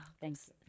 thanks